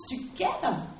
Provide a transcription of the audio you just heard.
together